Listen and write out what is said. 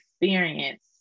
experience